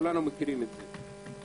וכולנו מכירים את זה.